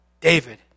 David